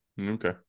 Okay